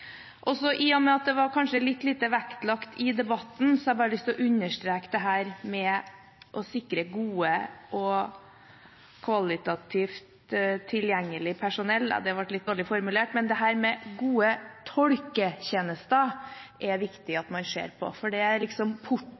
I og med at det kanskje var litt lite vektlagt i debatten, har jeg lyst til å understreke dette med å sikre godt og tilgjengelig personell. Det å ha gode tolketjenester er det viktig at man ser på, for det er